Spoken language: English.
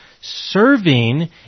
serving